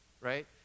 right